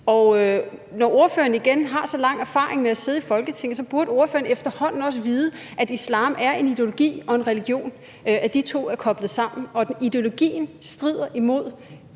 Og når ordføreren igen har så lang erfaring med at sidde i Folketinget, burde ordføreren efterhånden også vide, at islam er en ideologi og en religion – de to er koblet sammen – og at ideologien strider imod danske